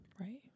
Right